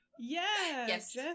yes